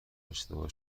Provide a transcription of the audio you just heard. اشتباه